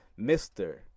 mr